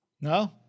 No